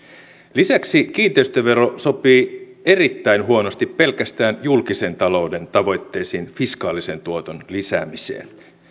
lisäksi kiinteistövero sopii erittäin huonosti pelkästään julkisen talouden tavoitteeseen fiskaalisen tuoton lisäämiseen